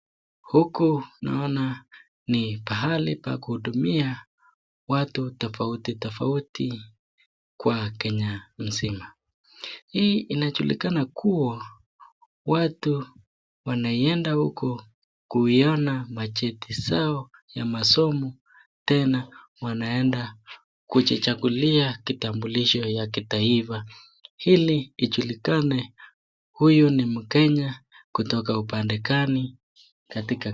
Huku naona ni pahali pa kuhudumia watu tofauti tofauti kwa Kenya mzima. Hii inajulikana kuwa watu wanaenda huko kuiona macheti zao ya masomo tena wanaenda kujichagulia kitambulisho ya kitaifa. Hili ijulikane huyu ni Mkenya kutoka upande kani.